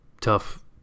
tough